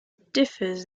differs